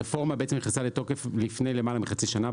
הרפורמה נכנסה לתוקף לפני למעלה מחצי שנה,